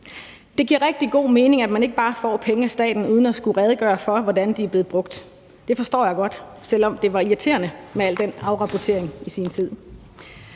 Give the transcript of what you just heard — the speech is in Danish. Det giver rigtig god mening, at man ikke bare får penge af staten uden at skulle redegøre for, hvordan de er blevet brugt. Det forstår jeg godt, selv om det var irriterende med al den afrapportering i sin tid.